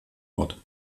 ort